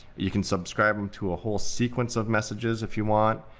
you can subscribe them to a whole sequence of messages if you want.